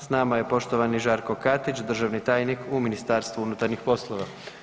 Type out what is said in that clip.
S nama je poštovani Žarko Katić državni tajnik u Ministarstvu unutarnjih poslova.